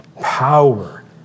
power